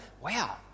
wow